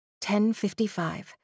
10.55